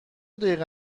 دقیقه